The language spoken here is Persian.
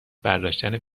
برداشتن